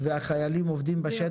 והחיילים עובדים בשטח.